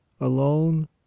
alone